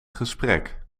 gesprek